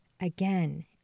again